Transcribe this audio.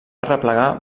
arreplegar